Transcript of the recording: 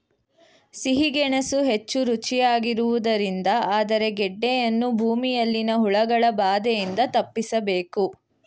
ಸಿಹಿ ಗೆಣಸು ಹೆಚ್ಚು ರುಚಿಯಾಗಿರುವುದರಿಂದ ಆದರೆ ಗೆಡ್ಡೆಯನ್ನು ಭೂಮಿಯಲ್ಲಿನ ಹುಳಗಳ ಬಾಧೆಯಿಂದ ತಪ್ಪಿಸಬೇಕು